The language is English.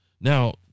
Now